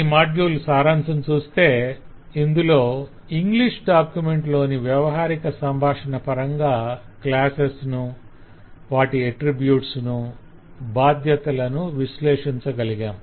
ఈ మాడ్యుల్ సారాంశం చూస్తే ఇందులో ఇంగ్లీష్ డాక్యుమెంట్ లోని వ్యవహారిక సంభాషణ పరంగా క్లాసెస్ ను వాటి అట్రిబ్యూట్స్ను బాధ్యతలును విశ్లేషించగలిగాం